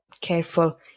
careful